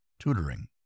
tutoring